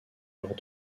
lors